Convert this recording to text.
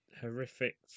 horrific